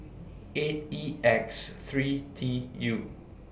eight E X three T U